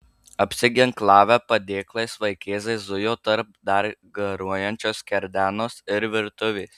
apsiginklavę padėklais vaikėzai zujo tarp dar garuojančios skerdenos ir virtuvės